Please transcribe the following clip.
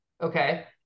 okay